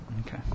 okay